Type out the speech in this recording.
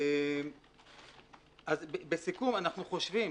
אז בסיכום, אנחנו חושבים